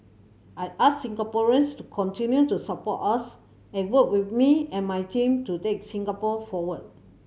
I ask Singaporeans to continue to support us and work with me and my team to take Singapore forward